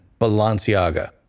Balenciaga